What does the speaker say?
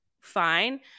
fine